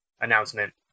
announcement